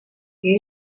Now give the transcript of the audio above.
que